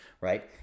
right